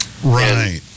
Right